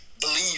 Believe